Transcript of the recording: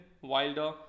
Wilder